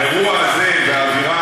אבל האווירה